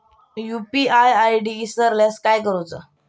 UPI ID इसरल्यास काय करुचा?